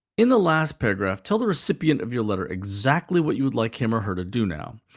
in the last paragraph, tell the recipient of your letter exactly what you would like him or her to do now.